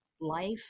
life